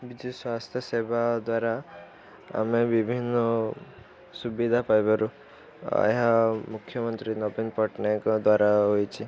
ବିଜୁ ସ୍ୱାସ୍ଥ୍ୟ ସେବା ଦ୍ୱାରା ଆମେ ବିଭିନ୍ନ ସୁବିଧା ପାଇପାରୁ ଏହା ମୁଖ୍ୟମନ୍ତ୍ରୀ ନବୀନ ପଟ୍ଟନାୟକଙ୍କ ଦ୍ଵାରା ହୋଇଛି